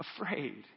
afraid